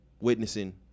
witnessing